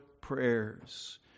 prayers